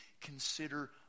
consider